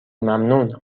ممنون